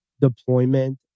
deployment